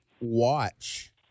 watch